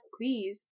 please